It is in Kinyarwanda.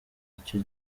icyo